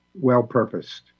well-purposed